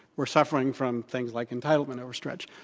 we're suffering from things like entitlement overstretch.